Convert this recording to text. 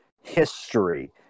history